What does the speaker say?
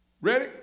Ready